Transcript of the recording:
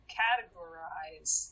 categorize